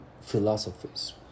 philosophies